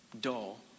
dull